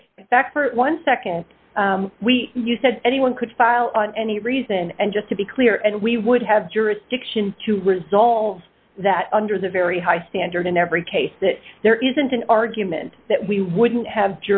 t one second we you said anyone could file on any reason and just to be clear and we would have jurisdiction to resolve that under the very high standard in every case that there isn't an argument that we wouldn't have